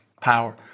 power